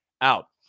out